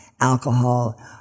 alcohol